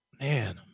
Man